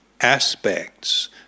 aspects